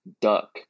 Duck